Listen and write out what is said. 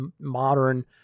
modern